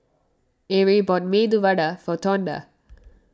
Arie bought Medu Vada for Tonda